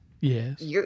Yes